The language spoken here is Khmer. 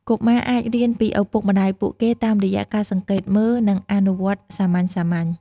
កុមារអាចរៀនពីឪពុកម្ដាយពួកគេតាមរយៈការសង្កេតមើល និងអនុវត្តសាមញ្ញៗ។